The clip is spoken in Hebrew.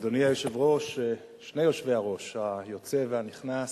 אדוני היושב-ראש, שני יושבי-הראש, היוצא והנכנס,